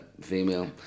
female